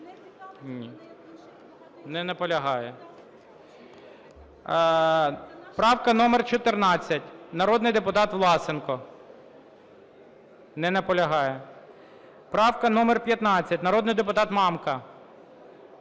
Ні, не наполягає. Правка номер 14, народний депутат Власенко. Не наполягає. Правка номер 15, народний депутат Мамка.